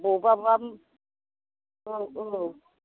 बबेयावबा औ औ